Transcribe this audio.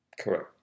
Correct